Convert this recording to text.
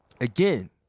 Again